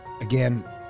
Again